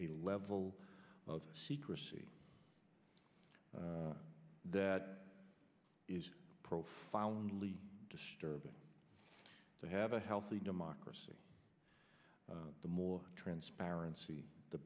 a level of secrecy that is profoundly disturbing to have a healthy democracy the more transparency the